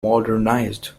modernized